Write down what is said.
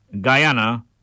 Guyana